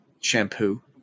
shampoo